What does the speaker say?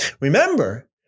Remember